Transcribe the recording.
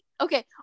okay